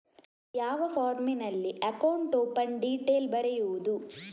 ಯಾವ ಫಾರ್ಮಿನಲ್ಲಿ account open detail ಬರೆಯುವುದು?